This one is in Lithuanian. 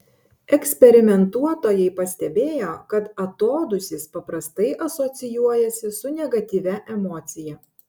eksperimentuotojai pastebėjo kad atodūsis paprastai asocijuojasi su negatyvia emocija